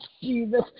Jesus